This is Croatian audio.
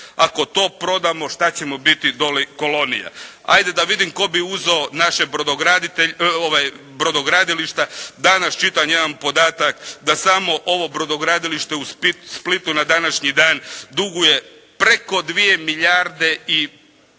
Ako to prodamo šta ćemo biti doli kolonija. Ajde da vidim tko bi uzeo naše brodogradilišta. Danas čitam jedan podatak da samo ovo brodogradilište u Splitu na današnji dan duguje preko dvije milijarde i